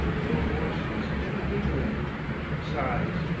low voices intermingling sighs.